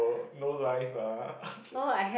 no no life ah